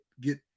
get